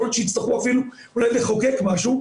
יכול להיות שיצטרכו אפילו אולי לחוקק משהו,